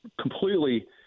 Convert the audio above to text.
completely